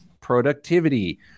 productivity